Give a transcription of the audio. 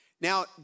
Now